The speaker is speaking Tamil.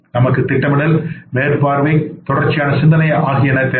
நமக்கு திட்டமிடல் மேற்பார்வை தொடர்ச்சியான சிந்தனை ஆகியன தேவை